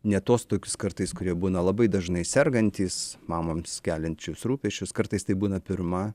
ne tuos tokius kartais kurie būna labai dažnai sergantys mamoms keliančius rūpesčius kartais tai būna pirma